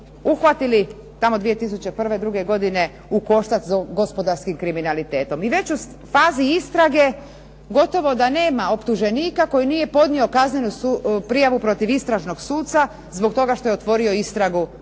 uhvatili tamo 2001., 2002. godine u koštac s gospodarskim kriminalitetom. I već u fazi istrage gotovo da nema optuženika koji nije podnio kaznenu prijavu protiv istražnog suca zbog toga što je otvorio istragu protiv